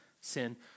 sin